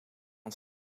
een